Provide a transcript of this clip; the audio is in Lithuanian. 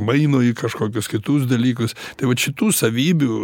maino į kažkokius kitus dalykus tai vat šitų savybių